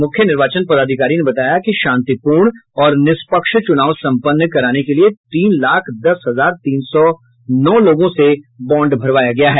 मुख्य निर्वाचन पदाधिकारी ने बताया कि शांतिपूर्ण और निष्पक्ष चूनाव सम्पन्न कराने के लिए तीन लाख दस हजार तीन सौ नौ लोगों से बांड भरवाया गया है